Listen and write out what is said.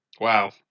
Wow